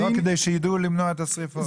לא, כדי שידעו למנוע את השריפות.